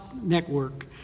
Network